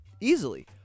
easily